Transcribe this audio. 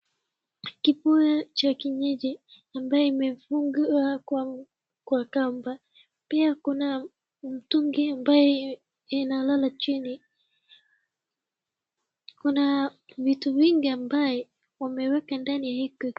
Kibuyu cha kienyeji, ambaye imefungwa kwa kamba, pia kuna mtungi ambao unalala chini iko na vitu vingi ambavyo wameweka ndani ya hii kitu.